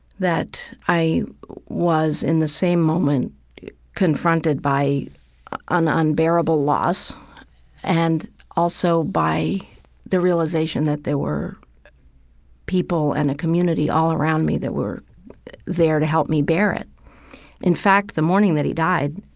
that i was in the same moment confronted by an unbearable loss and also by the realization that there were people and a community all around me that were there to help me bear it in fact, the morning that he died,